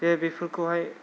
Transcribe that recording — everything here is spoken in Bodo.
बे बेफोरखौहाय